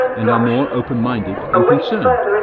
and are more open-minded and concerned.